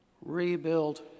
Rebuild